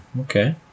Okay